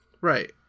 Right